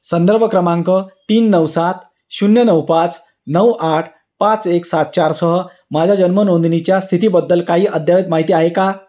संदर्भ क्रमांक तीन नऊ सात शून्य नऊ पाच नऊ आठ पाच एक सात चारसह माझ्या जन्म नोंदणीच्या स्थितीबद्दल काही अद्ययावत माहिती आहे का